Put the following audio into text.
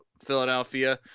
Philadelphia